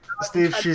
Steve